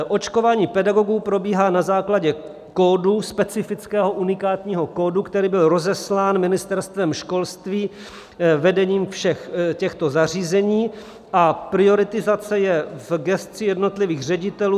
Očkování pedagogů probíhá na základě kódu, specifického unikátního kódu, který byl rozeslán Ministerstvem školství, vedením všech těchto zařízení a prioritizace je v gesci jednotlivých ředitelů.